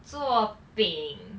做饼